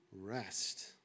rest